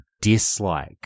dislike